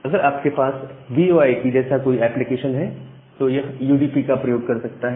अगर आपके पास वीओ आई पी जैसा कोई एप्लीकेशन हो तो यह यूडीपी का प्रयोग कर सकता है